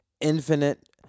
infinite